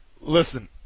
Listen